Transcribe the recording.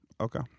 Okay